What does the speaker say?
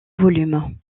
volumes